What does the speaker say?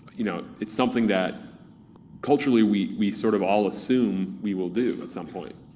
you know it's something that culturally we we sort of all assume we will do at some point,